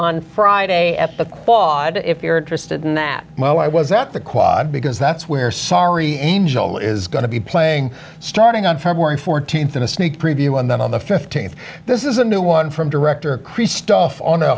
on friday at the quad if you're interested in that well i was at the quad because that's where sorry is going to be playing starting on february fourteenth in a sneak preview and then on the fifteenth this is a new one from director krzysztof on